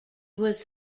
was